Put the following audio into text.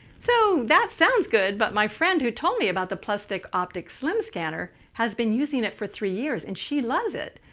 so that sounds good. but my friend who told me about the plustek opticslim scanner has been using it for three years and she loves it.